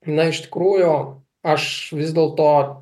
na iš tikrųjų aš vis dėlto